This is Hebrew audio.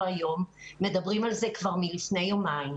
היום אלא התחילו לדבר על זה כבר לפני יומיים,